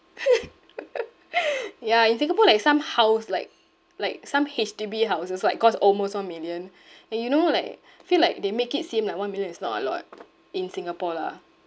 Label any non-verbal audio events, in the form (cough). (laughs) ya in singapore like some house like like some H_D_B houses like cost almost one million and you know like I feel like they make it seem like one million is not a lot in singapore lah